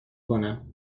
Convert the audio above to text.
کنم